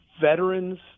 veterans